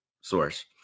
source